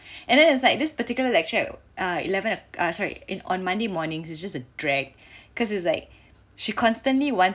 and then it's like this particular lecture uh eleven uh sorry in on Monday mornings is just a drag cause it's like she constantly wants